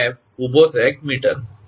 ઊભો સેગ મીટરમાં